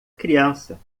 criança